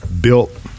built